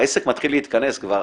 העסק מתחיל להתכנס כבר,